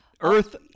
Earth